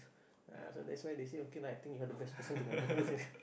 so that's why say okay lah the best person to